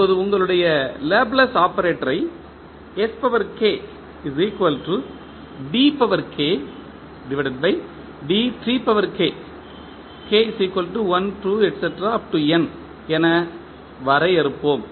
இப்போது உங்களுடைய லேப்ளேஸ் ஆபரேட்டரை என வரையறுப்போம்